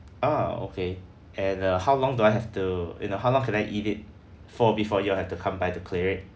oh okay and uh how long do I have to you know how long can I eat it for before you all have to come by to clear it